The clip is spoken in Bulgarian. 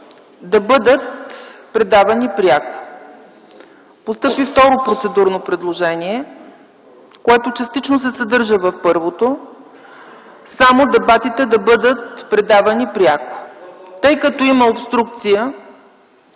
да бъдат предавани пряко. Постъпи второ процедурно предложение, което частично се съдържа в първото – само дебатите да бъдат предавани пряко. Тъй като има обструкции,